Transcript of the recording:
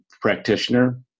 practitioner